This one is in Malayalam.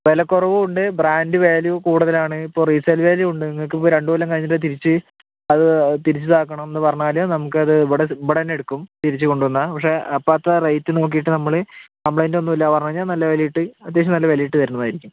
വിലക്കുറവും ഉണ്ട് ബ്രാൻ്റ് വാല്യുവും കൂടുതലാണ് ഇപ്പോ റീസെയിൽ വാല്യു ഉണ്ട് നിങ്ങൾക്കിപ്പോൾ രണ്ടു കൊല്ലം കഴിഞ്ഞിട്ട് അത് തിരിച്ച് അത് തിരിച്ചിതാക്കണം എന്നു പറഞ്ഞാൽ നമുക്കത് ഇവിടെ ഇവിടെന്നെ എടുക്കും തിരിച്ചു കൊണ്ടുവന്നാൽ പക്ഷേ അപ്പോഴത്തെ റേറ്റ് നോക്കിയിട്ട് നമ്മൾ കംപ്ലെയിൻ്റ് ഒന്നുമില്ല പറഞ്ഞു കഴിഞ്ഞാൽ നല്ല വിലയിട്ട് അത്യാവിശ്യം നല്ല വിലയിട്ട് തരുന്നതായിരിക്കും